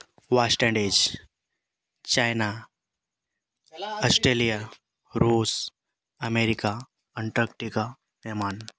ᱚᱣᱮᱥᱴᱮᱱᱰᱤᱡ China Australia ᱨᱩᱥ America Antarctica ᱮᱢᱟᱱ